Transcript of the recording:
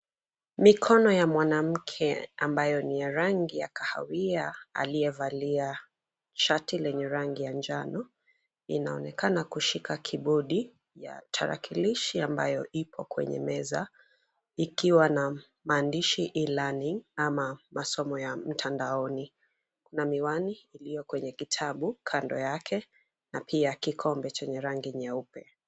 Mikono ya mwanamke ambayo ni ya rangi ya kahawia aliyevalia shati lenye rangi ya njano inaonekana kushika kibodi ya tarakilishi ambayo ipo kwenye meza ikiwa na maandishi E learning ama masomo ya mtandaoni na miwani iliyo kwenye kitambu kando yake na pia kikombe chenye rangi nyeupe.